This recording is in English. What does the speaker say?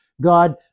God